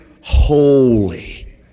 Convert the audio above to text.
Holy